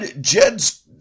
Jed's